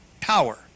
power